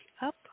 up